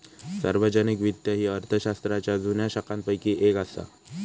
सार्वजनिक वित्त ही अर्थशास्त्राच्या जुन्या शाखांपैकी येक असा